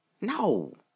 No